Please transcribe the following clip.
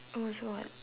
oh is what